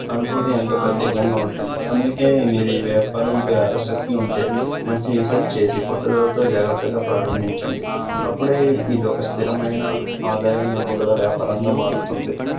అనుభూతి ఎంతో ప్రత్యేకంగా ఉంటుంది అందుకే మీరు ఈ వ్యాపారంపై ఆసక్తి ఉంటే మంచి రీసెర్చ్ చేసి పట్టుదలతో జాగ్రత్తగా ప్రారంభించండి అప్పుడే ఇది ఒక స్థిరమైన ఆదాయం ఇవ్వగల వ్యాపారంగా మారుతుంది